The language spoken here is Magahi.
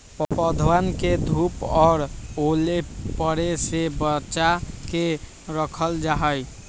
पौधवन के धूप और ओले पड़े से बचा के रखल जाहई